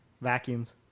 Vacuums